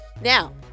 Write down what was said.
Now